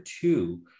two